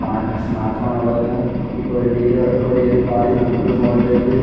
smart smart phone ഉള്ളതിനാല് ഇപ്പോൾ ഒരു വീഡിയോ റെക്കോര്ഡ് ചെയ്തു പാടി നമുക്ക് ഫോണിലേക്ക്